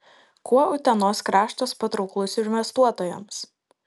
kuo utenos kraštas patrauklus investuotojams